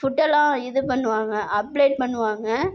ஃபுட்டெல்லாம் இது பண்ணுவாங்க அப்லேட் பண்ணுவாங்க